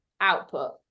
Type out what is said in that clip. output